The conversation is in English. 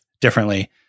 differently